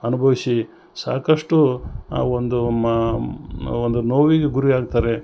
ಅನುಭವಿಸಿ ಸಾಕಷ್ಟು ಒಂದು ಮ ಒಂದು ನೋವಿಗೆ ಗುರಿಯಾಗ್ತಾರೆ